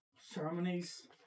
ceremonies